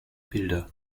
bilder